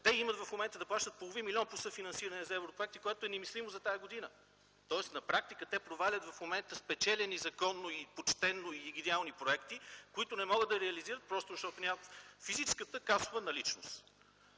Те имат в момента да плащат половин милион по съфинансиране за европроекти, което е немислимо за тази година. На практика те провалят в момента спечелени законно и почтено проекти, които не могат да реализират, просто защото нямат физическата касова наличност.